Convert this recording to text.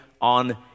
on